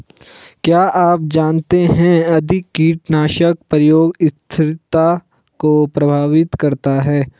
क्या आप जानते है अधिक कीटनाशक प्रयोग स्थिरता को प्रभावित करता है?